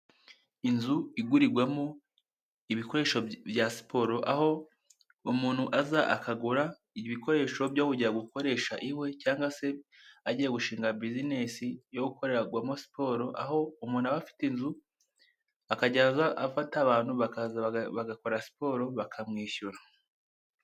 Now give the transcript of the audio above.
Inzu igurirwamo ibikoresho bya siporo, aho umuntu aza akagura ibikoresho byo kujya gukoresha iwe, cyangwa se agiye gushinga bizinesi yo gukorerwamo siporo, aho umuntu aba afite inzu akajya aza afata abantu bagakora siporo bakamwishyura.